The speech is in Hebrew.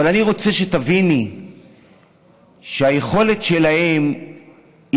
אבל אני רוצה שתביני שהיכולת שלהם היא